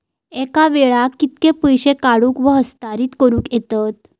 एका वेळाक कित्के पैसे काढूक व हस्तांतरित करूक येतत?